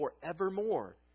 forevermore